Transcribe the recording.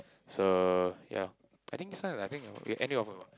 so ya I think this one like I think with any of a